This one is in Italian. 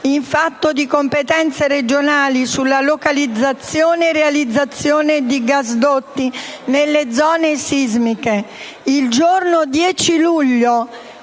in fatto di competenze regionali sulla localizzazione e realizzazione di gasdotti nelle zone sismiche. Il giorno 10 luglio,